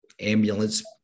ambulance